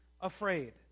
afraid